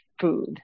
food